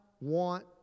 want